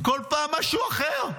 בכל פעם משהו אחר,